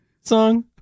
song